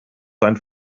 sein